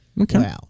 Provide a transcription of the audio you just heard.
Okay